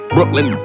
Brooklyn